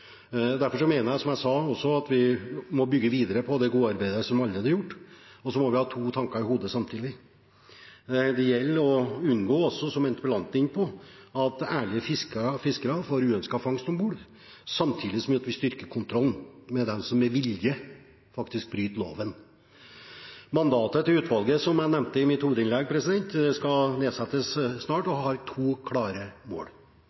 Derfor mener jeg, som jeg også sa, at vi må bygge videre på det gode arbeidet som allerede er gjort. Og så må vi ha to tanker i hodet samtidig: Det gjelder å unngå, som også interpellanten er inne på, at ærlige fiskere får uønsket fangst om bord, samtidig som vi styrker kontrollen med dem som med vilje faktisk bryter loven. Mandatet til utvalget som jeg nevnte i mitt hovedinnlegg skal nedsettes snart, har to klare mål: